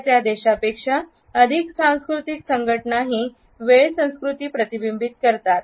तर त्या देशापेक्षा अधिक सांस्कृतिक संघटनाही वेळ संस्कृती प्रतिबिंबित करतात